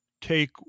take